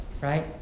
right